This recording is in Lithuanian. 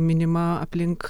minima aplink